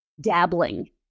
dabbling